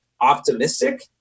optimistic